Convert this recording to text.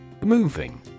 Moving